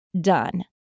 done